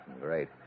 Great